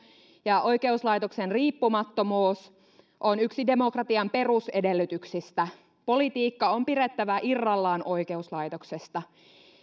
ja oikeuslaitoksen riippumattomuus on yksi demokratian perusedellytyksistä politiikka on pidettävä irrallaan oikeuslaitoksesta